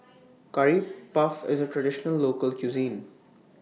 Curry Puff IS A Traditional Local Cuisine